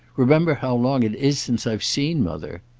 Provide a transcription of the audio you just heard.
remember how long it is since i've seen mother.